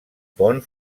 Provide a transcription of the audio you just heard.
pont